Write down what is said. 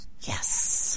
yes